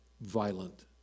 violent